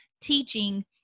teaching